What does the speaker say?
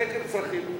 סקר צרכים,